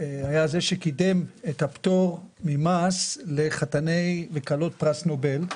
היה זה שקידם את הפטור ממס לחתני וכלות פרס נובל,